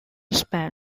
span